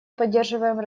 поддерживаем